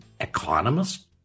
economist